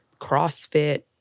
CrossFit